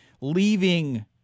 leaving